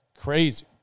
Crazy